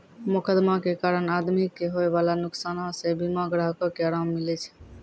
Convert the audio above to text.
मोकदमा के कारण आदमी के होयबाला नुकसानो से बीमा ग्राहको के अराम मिलै छै